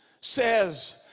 says